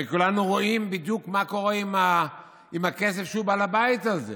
הרי כולנו רואים בדיוק מה קורה עם הכסף כשהוא בעל הבית על זה.